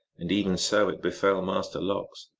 and even so it befell master lox.